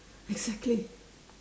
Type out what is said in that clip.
exactly